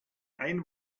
ein